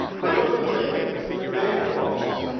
if you look at the database, the big box.